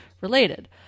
related